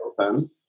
open